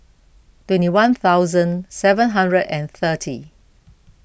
twenty one thousand seven hundred and thirty